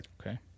Okay